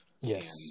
Yes